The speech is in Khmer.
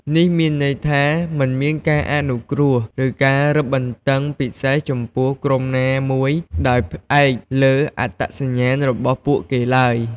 នេះមានន័យថា មិនមានការអនុគ្រោះ ឬការរឹតបន្តឹងពិសេសចំពោះក្រុមណាមួយដោយផ្អែកលើអត្តសញ្ញាណរបស់ពួកគេឡើយ។